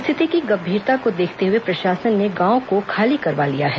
स्थिति की गंभीरता को देखते हुए प्रशासन ने गांवों को खाली करवा लिया है